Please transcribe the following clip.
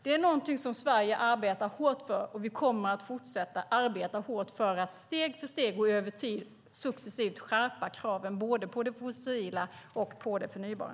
Det är någonting som Sverige arbetar hårt för, och vi kommer att fortsätta arbeta hårt för att steg för steg gå över till att successivt skärpa kraven både på det fossila och på det förnybara.